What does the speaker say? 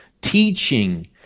teaching